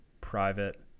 private